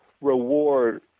reward